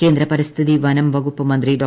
കേന്ദ്ര പരിസ്ഥിതി വനം വകുപ്പ് മന്ത്രി ഡോ